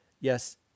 yes